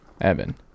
Evan